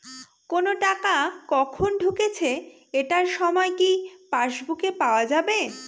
কোনো টাকা কখন ঢুকেছে এটার সময় কি পাসবুকে পাওয়া যাবে?